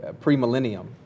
pre-millennium